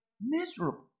miserable